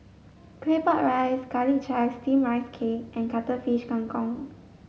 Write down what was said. Claypot rice garlic chives steamed rice cake and cuttlefish Kang Kong